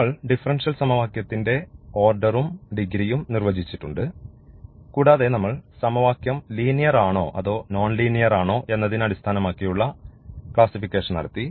നമ്മൾ ഡിഫറൻഷ്യൽ സമവാക്യത്തിന്റെ ഓർഡറും ഡിഗ്രിയും നിർവചിച്ചിട്ടുണ്ട് കൂടാതെ നമ്മൾ സമവാക്യം ലീനിയർ ആണോ അതോ നോൺലീനിയർ ആണോ എന്നതിനെ അടിസ്ഥാനമാക്കിയുള്ള ക്ലാസിഫിക്കേഷൻ നടത്തി